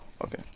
okay